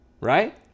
Right